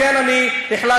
לכן אני החלטתי,